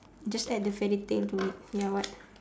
just add the fairy tale to it ya what